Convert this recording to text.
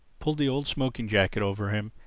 pulled the old smoking-jacket over him,